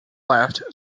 left